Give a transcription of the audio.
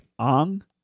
Ang